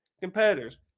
competitors